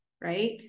right